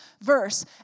verse